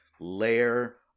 layer